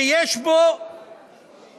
שיש בו